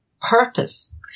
purpose